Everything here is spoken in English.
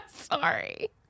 sorry